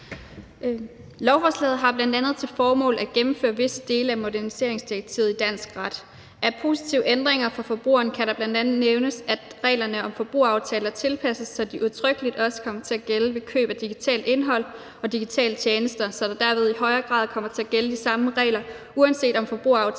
Lovforslaget har bl.a. til formål at gennemføre visse dele af moderniseringsdirektivet i dansk ret. Af positive ændringer for forbrugeren kan det bl.a. nævnes, at reglerne om forbrugeraftaler tilpasses, så de udtrykkeligt også kommer til at gælde ved køb af digitalt indhold og digitale tjenester, altså så der derved i højere grad kommer til at gælde de samme regler, uanset om forbrugeraftalen vedrører